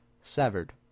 Severed